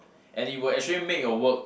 and it will actually make your work